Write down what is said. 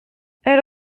elle